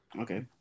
Okay